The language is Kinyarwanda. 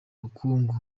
ubukungu